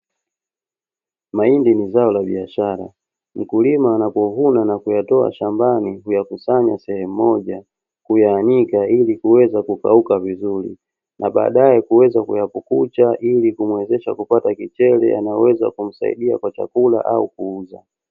Mahindi ni zao la biashara; mkulima anapovuna na kuyatoa shambani, huyakusanya sehemu moja, huyaanika ili kuweza kukauka vizuri na baadaye kuweza kuyapukucha, ili kumuwezesha kupata kichele, yanayoweza kumsaidia kwa chakula au kuuzwa.